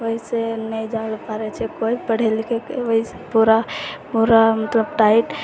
वैसे नै जावैले पाड़ै छै कोइ पढ़ि लिखिके पूरा पूरा मतलब टाइट